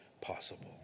possible